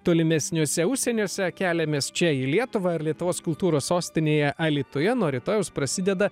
tolimesniuose užsieniuose keliamės čia į lietuvą ir lietuvos kultūros sostinėje alytuje nuo rytojaus prasideda